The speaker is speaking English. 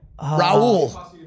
Raul